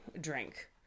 drink